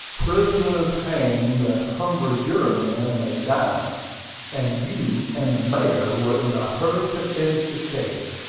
prisoners hang that hungry jurymen may dine and you and the mayor were in a hurry to finish the case,